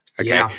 okay